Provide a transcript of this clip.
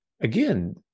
Again